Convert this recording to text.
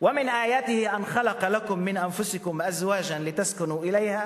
"ומן איאתה אן ח'לק לכּם מן אנפסכּם אזוואג'ן לתסכּנו אליהא,